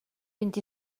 vint